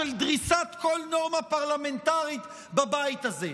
של דריסת כל נורמה פרלמנטרית בבית הזה,